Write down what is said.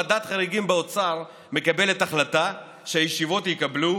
ועדת חריגים באוצר מקבלת החלטה שהישיבות יקבלו